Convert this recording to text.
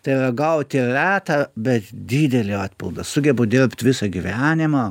tai yra gauti retą bet didelį atpildą sugebu dirbt visą gyvenimą